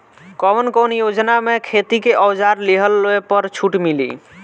कवन कवन योजना मै खेती के औजार लिहले पर छुट मिली?